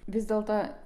vis dėlto